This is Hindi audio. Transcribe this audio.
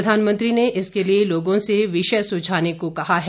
प्रधानमंत्री ने इसके लिए लोगों से विषय सुझाने को कहा है